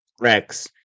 Rex